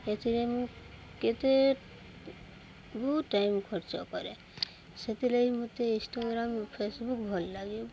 ଏଥିରେ ମୁଁ କେତେ ବହୁ ଟାଇମ ଖର୍ଚ୍ଚ କରେ ସେଥିଲାଗି ମୋତେ ଇନ୍ଷ୍ଟାଗ୍ରାମ୍ ଫେସବୁକ୍ ଭଲ ଲାଗେ